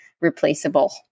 Replaceable